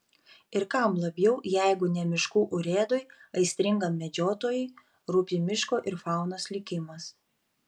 ir kam labiau jeigu ne miškų urėdui aistringam medžiotojui rūpi miško ir faunos likimas